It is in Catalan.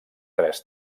tres